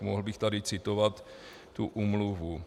Mohl bych tady citovat tu úmluvu.